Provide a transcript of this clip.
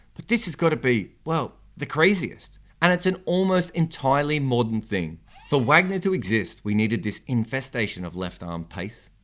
but this has got to be, well, the craziest. and it's an almost entirely modern thing. for wagner to exist, we needed this infestation of left arm pace,